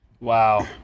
Wow